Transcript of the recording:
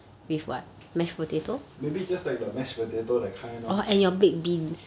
maybe just like the mashed potato that kind lor